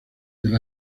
del